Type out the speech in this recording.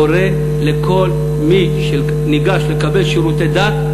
קורא לכל מי שניגש לקבל שירותי דת,